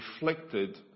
reflected